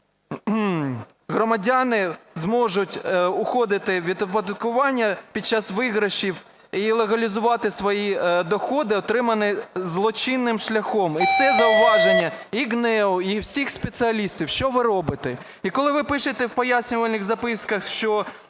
громадяни зможуть уходити від оподаткування під час виграшів і легалізувати свої доходи, отримані злочинним шляхом. І це зауваження і ГНЕУ, і всіх спеціалістів. Що ви робите? І коли ви пишете в пояснювальних записках, що